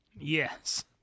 yes